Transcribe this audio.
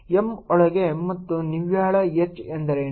M ಒಳಗೆ ಮತ್ತು ನಿವ್ವಳ H ಎಂದರೇನು